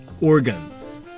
organs